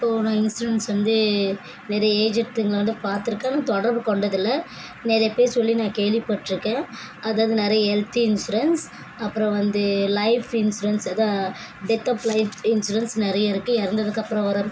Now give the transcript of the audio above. இப்போது நான் இன்சூரன்ஸ் வந்து நிறைய ஏஜென்ட்டுங்களை வந்து பார்த்துருக்கேன் ஆனால் தொடர்பு கொண்டதில்லை நிறைய பேர் சொல்லி நான் கேள்விப்பட்டிருக்கேன் அதாவது நிறைய ஹெல்த் இன்சூரன்ஸ் அப்புறம் வந்து லைஃப் இன்சூரன்ஸ் அதுதான் டெத் ஆஃப் லைஃப் இன்சூரன்ஸ் நிறைய இருக்குது இறந்ததுக்கு அப்புறம் வர்ற